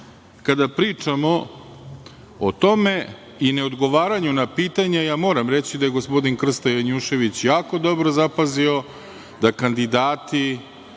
kada pričamo o tome, i neodgovaranju na pitanja, ja moram reći da je gospodin Krsta Janjušević jako dobro zapazio, da kandidati